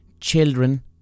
...children